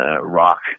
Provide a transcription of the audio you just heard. Rock